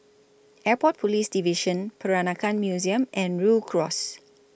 Airport Police Division Peranakan Museum and Rhu Cross